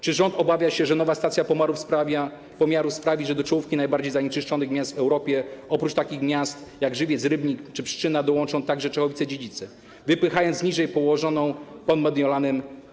Czy rząd obawia się, że nowa stacja pomiaru sprawi, że do czołówki najbardziej zanieczyszczonych miast w Europie, oprócz takich miast jak Żywiec, Rybnik czy Pszczyna, dołączą także Czechowice-Dziedzice, wypychając z niej Soresinę położoną pod Mediolanem?